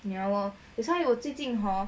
ya lor that's why 我最近 hor